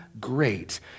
great